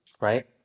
Right